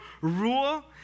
rule